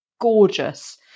gorgeous